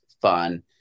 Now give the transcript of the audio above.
fun